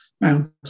Mount